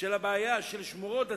לבעיית שמורות הטבע,